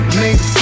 make